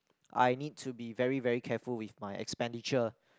I need to be very very careful with my expenditure